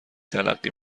تلقی